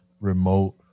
remote